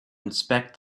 inspect